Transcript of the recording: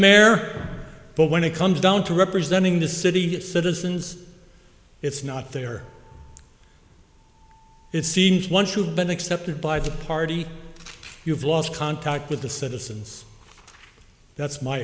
mare but when it comes down to representing the city citizens it's not there it seems once you've been accepted by the party you've lost contact with the citizens that's my